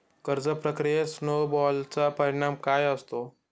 कर्ज प्रक्रियेत स्नो बॉलचा परिणाम काय असतो?